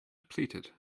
depleted